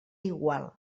igual